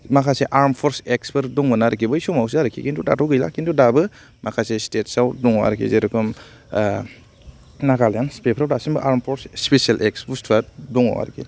माखासे armed forces एक्सफोर दंमोन आर्खि बै समावसो आर्खि खिन्थु दाथ' गैला खिन्थु दाबो माखासे स्टेटआव दङ आर्खि जेरेखम नागालेन्ड बेफोर दाबो आर्म फर्स स्पेसियेल एक्टस बुस्थुआ दङ आर्खि